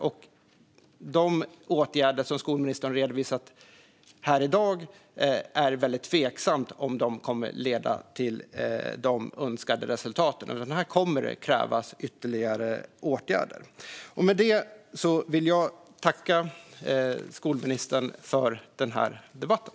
Det är väldigt tveksamt om de åtgärder som skolministern redovisat här i dag kommer att leda till de önskade resultaten. Det kommer att krävas ytterligare åtgärder. Med det vill jag tacka skolministern för debatten.